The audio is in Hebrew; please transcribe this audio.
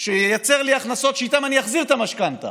שייצר לי הכנסות שאיתן אני אחזיר את המשכנתה.